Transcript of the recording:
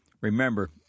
Remember